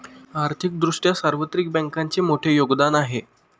आर्थिक दृष्ट्या सार्वत्रिक बँकांचे मोठे योगदान आहे